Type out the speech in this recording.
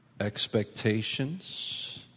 Expectations